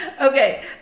Okay